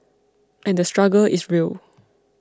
and the struggle is real